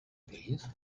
please